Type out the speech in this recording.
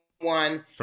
One